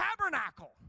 tabernacle